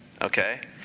okay